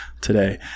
today